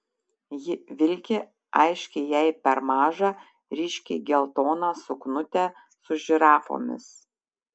ji vilki aiškiai jai per mažą ryškiai geltoną suknutę su žirafomis